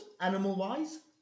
animal-wise